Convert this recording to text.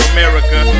America